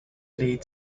lead